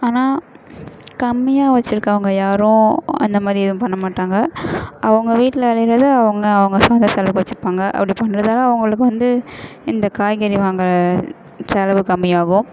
ஆனால் கம்மியாக வச்சுருக்கவங்க யாரும் அந்த மாதிரி எதுவும் பண்ண மாட்டாங்க அவங்க வீட்டில் விளையிறது அவங்க அவங்க சொந்த செலவுக்கு வைச்சுப்பாங்க அப்படி பண்ணுறதால அவர்களுக்கு வந்து இந்த காய்கறி வாங்கிற செலவு கம்மியாகும்